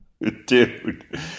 Dude